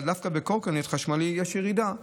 אבל דווקא בקורקינט חשמלי יש ירידה.